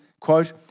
quote